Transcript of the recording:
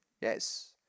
Yes